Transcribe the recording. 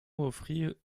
offrit